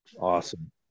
awesome